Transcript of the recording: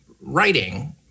writing